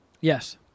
yes